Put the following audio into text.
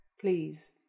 Please